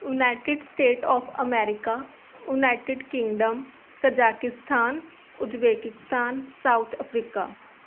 united state of America United Kingdom Tajikistan Uzbekistan South Africa